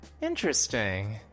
Interesting